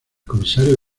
comisario